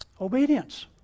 obedience